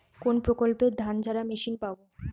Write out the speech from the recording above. কোনপ্রকল্পে ধানঝাড়া মেশিন পাব?